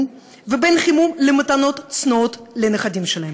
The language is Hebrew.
בין תרופות לחימום ובין חימום למתנות צנועות לנכדים שלהם?